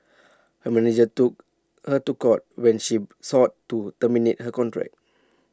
her manager took her to court when she sought to terminate her contract